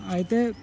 అయితే